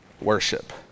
worship